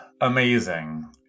amazing